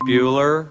Bueller